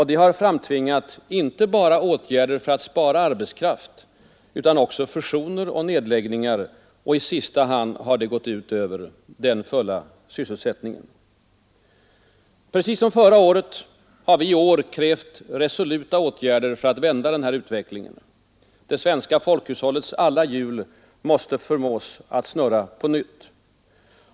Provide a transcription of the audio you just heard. Det har framtvingat inte bara åtgärder för att spara arbetskraft, utan också fusioner och nedläggningar. Det har i sista hand gått ut över den fulla sysselsättningen. Liksom förra året kräver vi i år resoluta åtgärder för att vända utvecklingen. Det svenska folkhushållets alla hjul måste förmås att snurra på nytt.